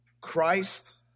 Christ